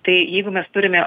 tai jeigu mes turime